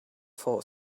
for